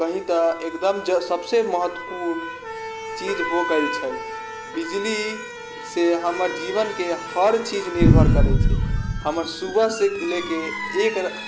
कही तऽ एकदम सबसँ महत्वपूर्ण चीज हो गेल छै बिजलीसँ हमर जीवनके हर चीज निर्भर करै छै हमर सुबहसँ लऽ कऽ एक